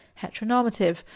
heteronormative